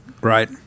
right